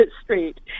street